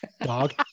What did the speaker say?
dog